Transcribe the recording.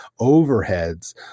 overheads